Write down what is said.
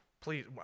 please